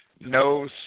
no